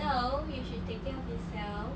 so you should take care of yourself